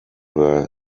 were